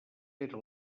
era